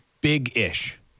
big-ish